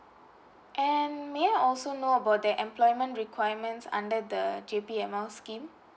and may I also know about their employment requirements under the J_B_M_L scheme